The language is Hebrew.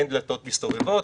אין דלתות מסתובבות,